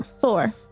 Four